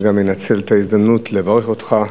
אני מנצל את ההזדמנות ומברך אותך.